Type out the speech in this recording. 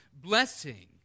blessing